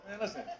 Listen